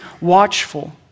watchful